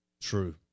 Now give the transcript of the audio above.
True